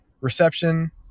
reception